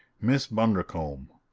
miss bundercombe!